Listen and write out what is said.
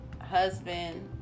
husband